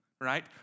right